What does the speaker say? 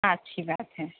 اچھی بات ہے